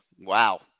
Wow